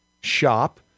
shop